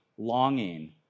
Longing